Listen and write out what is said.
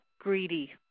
greedy